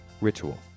Ritual